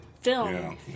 film